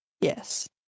Yes